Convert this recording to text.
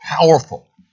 powerful